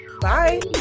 Bye